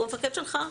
הוא המפקד שלך,